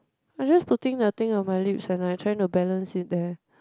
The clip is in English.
I just putting the thing on my lips and I trying to balance it there